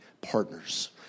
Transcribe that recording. partners